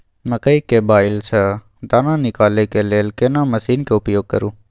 मकई के बाईल स दाना निकालय के लेल केना मसीन के उपयोग करू?